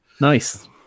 Nice